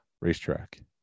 racetrack